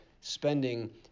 spending